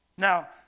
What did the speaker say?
Now